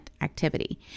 activity